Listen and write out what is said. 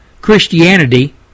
Christianity